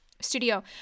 studio